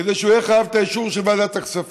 כדי שהוא יהיה חייב את האישור של ועדת הכספים.